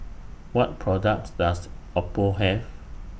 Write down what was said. What products Does Oppo Have